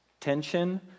tension